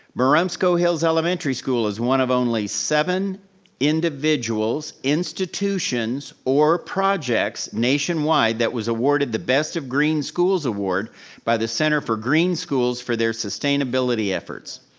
marumsco hills elementary school is one of only seven individuals, institutions, or projects nation-wide that was awarded the best of green schools award by the center for green schools for their sustainability efforts.